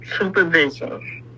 supervision